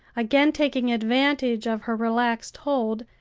again taking advantage of her relaxed hold,